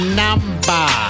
number